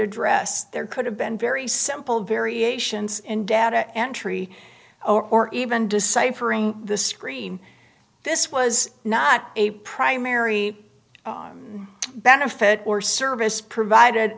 address there could have been very simple variations in data entry or even decipher the screen this was not a primary benefit or service provided